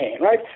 Right